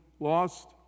lost